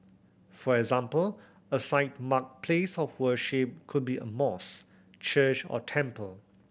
for example a site marked place of worship could be a mosque church or temple